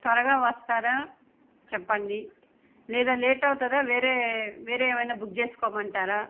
త్వరగా వస్తారా చెప్పండి లేదా లేట్ అవుతుందా వేరే వేరే ఏమైనా బుక్ చేసుకోమంటారా